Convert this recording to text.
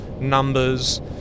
numbers